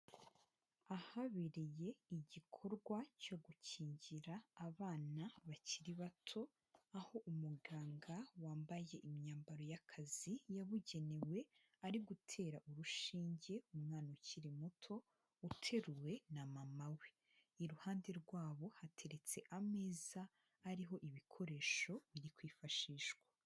Ahabereye igikorwa cyo gukingira abana bakiri bato, aho umuganga wambaye imyambaro y'akazi yabugenewe ari gutera urushinge umwana ukiri muto uteruwe na mama we, iruhande rwabo hateretse ameza ariho ibikoresho biri kwifashishwa.